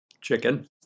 chicken